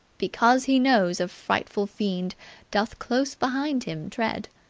because he knows a frightful fiend doth close behind him tread!